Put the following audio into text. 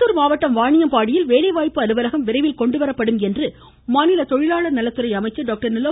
bill Tirupattur மாவட்டம் வாணியம்பாடியில் வேலைவாய்ப்பு அலுவலகம் விரைவில் கொண்டு வரப்படும் என்று மாநில தொழிலாளர் நலத்துறை அமைச்சர் டாக்டர் நிலோ